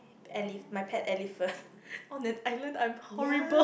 ele~ my pet elephant on an island I'm horrible